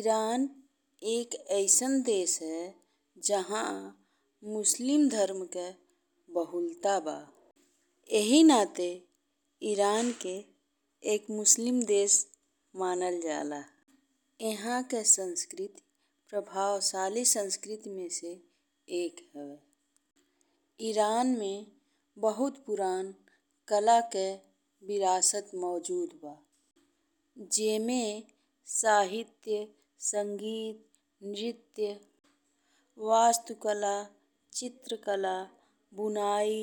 Iran एक अइसन देश हवे जहाँ मुसलमान धर्म के बहुलता बा। एही नाते ईरान के एक मुसलमान देश मानल जाला। इहाँ के संस्कृति प्रभावशाली संस्कृति में से एक हवे। ईरान में बहुत पुरान कला के विरासत मौजूद बा। जेमे साहित्य, संगीत, नृत्य, वास्तुकला, चित्रकला, बुनाई,